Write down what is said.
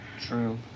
True